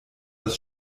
das